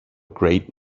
great